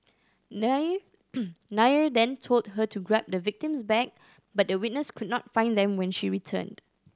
Nair Nair then told her to grab the victim's bag but the witness could not find them when she returned